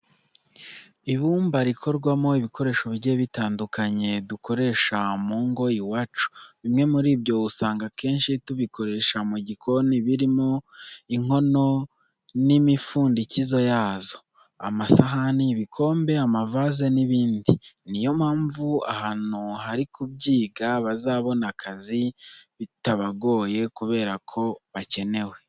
Ibumba rikorwamo ibikoresho bigiye bitandukanye dukoresha mu ngo iwacu. Bimwe muri byo usanga akenshi tubikoresha mu gikoni birimo inkono n'imipfundikizo yazo, amasahani, ibikombe, amavaze n'ibindi. Niyo mpamvu abantu bari kubyiga bazabona akazi bitabagoye kubera ko bakenewe.